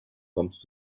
kommst